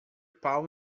pau